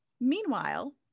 Meanwhile